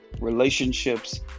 relationships